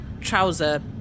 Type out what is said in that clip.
trouser